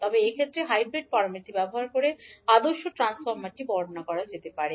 তবে এক্ষেত্রে hybrid parameter ব্যবহার করে আদর্শ ট্রান্সফর্মারটি বর্ণনা করা যেতে পারে